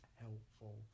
helpful